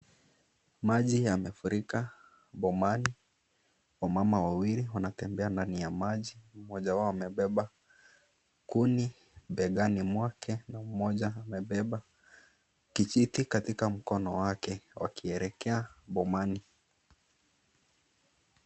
Maji yamefurika bomani wamama wawili wanatembea juu ya maji mmoja wao amebeba kuni begani mwake na mmoja amebeba kijiti katika mkono wake wakielekea bomani.